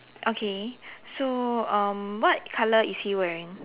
okay so um what color is he wearing